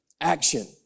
Action